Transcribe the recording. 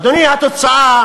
אדוני, התוצאה